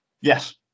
Yes